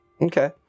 Okay